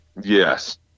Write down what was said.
yes